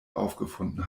aufgefunden